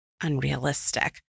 unrealistic